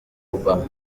obama